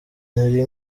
nari